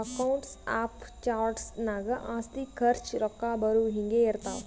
accounts of charts ನಾಗ್ ಆಸ್ತಿ, ಖರ್ಚ, ರೊಕ್ಕಾ ಬರವು, ಹಿಂಗೆ ಇರ್ತಾವ್